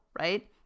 right